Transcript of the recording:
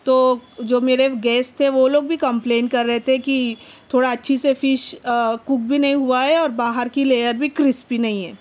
تو جو میرے گیسٹ تھے وہ لوگ بھی کمپلین کر رہے تھے کہ تھوڑا اچھی سے فش کوک بھی نہیں ہوا ہے اور باہر کی لیئر بھی کرسپی نہیں ہے